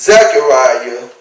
Zechariah